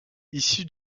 issu